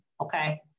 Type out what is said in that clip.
Okay